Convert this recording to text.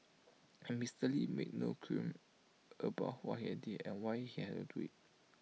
and Mister lee made no qualms about what he had did and why he had to do IT